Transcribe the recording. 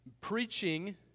Preaching